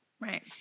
Right